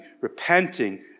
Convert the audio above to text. repenting